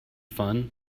fun